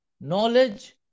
Knowledge